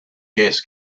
gas